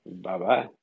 Bye-bye